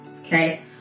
okay